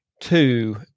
two